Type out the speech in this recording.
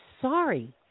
sorry